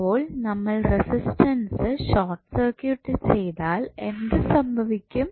അപ്പോൾ നമ്മൾ resistance short circuit ചെയ്താൽ എന്ത് സംഭവിക്കും